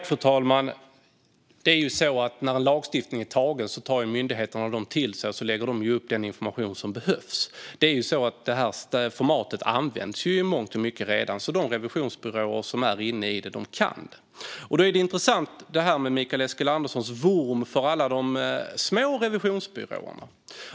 Fru talman! När en lagstiftning är antagen tar myndigheterna den till sig och lägger upp den information som behövs. Formatet används i mångt och mycket redan, och de revisionsbyråer som är inne i det kan det. Det är intressant med Mikael Eskilanderssons vurm för alla de små revisionsbyråerna.